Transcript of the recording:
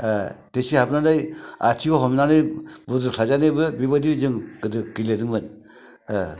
दै सिङाव हाबनानै आथिंआव हमनानै बुद्रुजानायबो बेबायदि जों गोदो गेलेदोंमोन